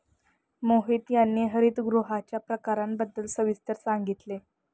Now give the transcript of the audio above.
मोहित यांनी हरितगृहांच्या प्रकारांबद्दल सविस्तर सांगितले